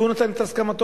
והוא נתן את הסכמתו,